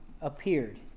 appeared